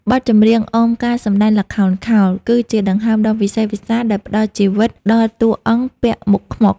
បទចម្រៀងអមការសម្ដែងល្ខោនខោល គឺជាដង្ហើមដ៏វិសេសវិសាលដែលផ្ដល់ជីវិតដល់តួអង្គពាក់មុខខ្មុក។